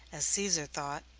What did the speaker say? as caesar thought,